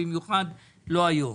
במיוחד לא היום.